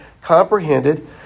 comprehended